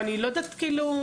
ואני לא יודעת כאילו,